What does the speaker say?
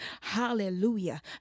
hallelujah